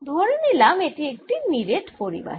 ধরে নিলাম এটি একটি নিরেট পরিবাহী